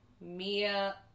Mia